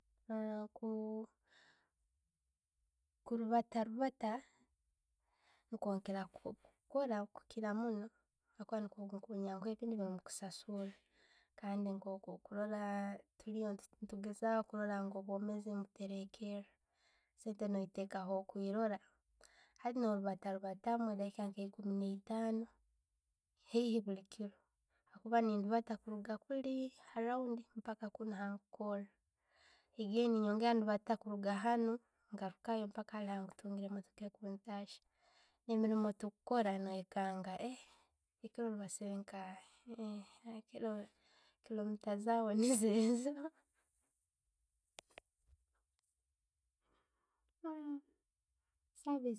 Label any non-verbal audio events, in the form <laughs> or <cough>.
<unintelligible> Kulibaata libaata nekwongera kukora kukiira munno habwkuba ne kiba ne kinyangwihira <unintelligible> kandi no kurora tuliyo, netugezaho kurora nti obwomeezi ne butelekera, Sente no ziteeka ho'wokwilora. Hati no libatalibataamu eddakiika nka ekuumi naitano haihi buli kiro kuba nendibaata kuruga kuli ha roundi mpaka kunno handi kura. Again, nyongera kuliibata kuruga hanu ngarukayo mpaka ntungire emotooka ekuntasyaa. Emiriimu tulikoola noikanga, <hesitation> ekiro olibasiire <hesitation> kilo kilometre zaawe <laughs> niizezo. <hesitation> <unintelligible>